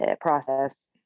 process